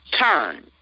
turn